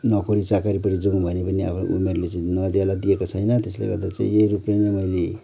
नोकरी चाकरीपट्टि जाउँ भने पनि अब उमेरले चाहिँ नदेला दिएको छैन त्यसले गर्दा चाहिँ यो रूपलाई नै मैले